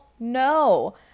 No